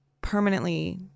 permanently